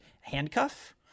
handcuff